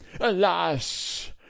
alas